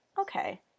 okay